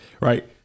Right